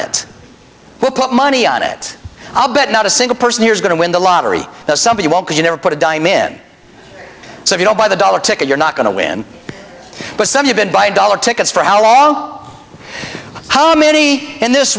it will put money on it i'll bet not a single person is going to win the lottery that somebody won't pay you never put a dime in so if you don't buy the dollar ticket you're not going to win but some have been buying dollar tickets for how long how many in this